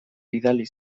bidali